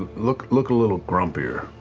ah look look a little grumpier.